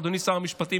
אדוני שר המשפטים,